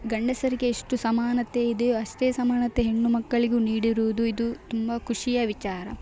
ಗಂಡಸರಿಗೆ ಎಷ್ಟು ಸಮಾನತೆ ಇದೆಯೋ ಅಷ್ಟೇ ಸಮಾನತೆ ಹೆಣ್ಣು ಮಕ್ಕಳಿಗೂ ನೀಡಿರುವುದು ಇದು ತುಂಬ ಖುಷಿಯ ವಿಚಾರ